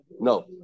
no